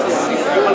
תסכים.